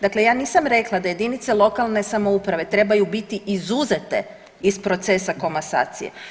Dakle, ja nisam rekla da jedinice lokalne samouprave trebaju biti izuzete iz procesa komasacije.